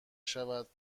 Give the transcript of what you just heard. شود